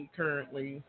currently